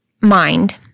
mind